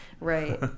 Right